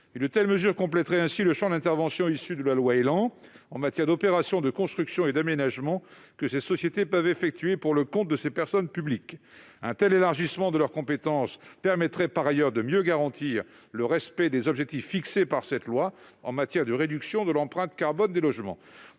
de l'aménagement et du numérique (ÉLAN), en matière d'opération de construction et d'aménagement que ces sociétés peuvent effectuer pour le compte de ces personnes publiques. Un tel élargissement de leurs compétences permettrait, également, de mieux garantir le respect des objectifs fixés par cette loi en matière de réduction de l'empreinte carbone des logements.